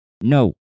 no